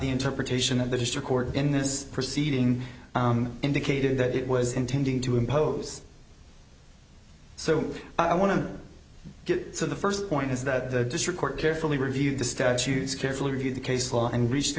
the interpretation of the district court in this proceeding indicated that it was intending to impose so i want to get to the first point is that the district court carefully reviewed the statutes carefully reviewed the case law and reached the